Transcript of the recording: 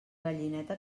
gallineta